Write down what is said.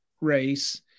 Race